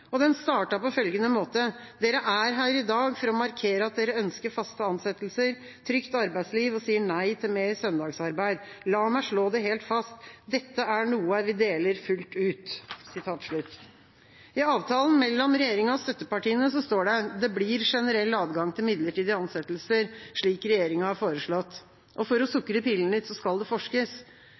Facebook. Den startet på følgende måte: «Dere er her i dag for å markere at dere ønsker faste ansettelser, trygt arbeidsliv og sier nei til mer søndagsarbeid. La meg slå det helt fast: Dette er noe vi deler fullt ut!» I avtalen mellom regjeringa og støttepartiene står det at «det blir generell adgang til midlertidige ansettelser, slik regjeringen har foreslått». For å sukre pillen litt skal det